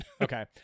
Okay